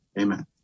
Amen